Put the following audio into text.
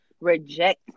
reject